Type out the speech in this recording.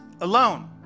alone